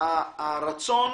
הרצון